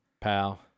Pal